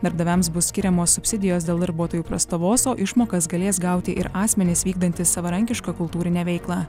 darbdaviams bus skiriamos subsidijos dėl darbuotojų prastovos o išmokas galės gauti ir asmenys vykdantys savarankišką kultūrinę veiklą